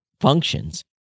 functions